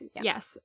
Yes